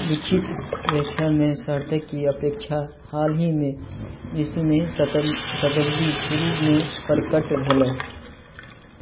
लिखित व्याख्या मे सर्त अइ कि अपेक्षा हाल हीमे विश्वमे शतम शतब्दी शुरूमे प्रकट भेलै